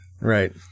Right